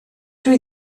dwi